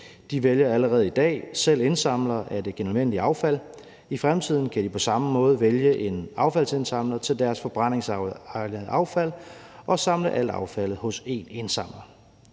De vælger allerede i dag selv indsamlere af det genanvendelige affald; i fremtiden kan de på samme måde vælge en affaldsindsamler til deres forbrændingsegnede affald og samle alt affaldet hos én indsamler.